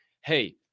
hey